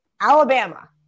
Alabama